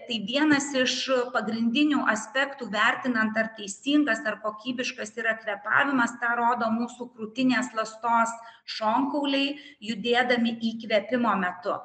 tai vienas iš pagrindinių aspektų vertinant ar teisingas ar kokybiškas yra kvėpavimas tą rodo mūsų krūtinės ląstos šonkauliai judėdami įkvėpimo metu